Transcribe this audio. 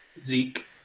Zeke